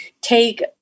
take